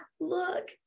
Look